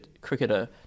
cricketer